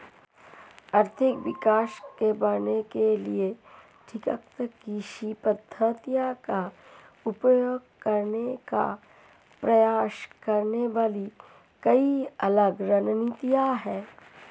आर्थिक विकास को बढ़ाने के लिए टिकाऊ कृषि पद्धतियों का उपयोग करने का प्रयास करने वाली कई अलग रणनीतियां हैं